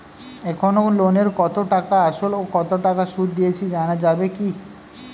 এখনো লোনের কত টাকা আসল ও কত টাকা সুদ দিয়েছি জানা যাবে কি?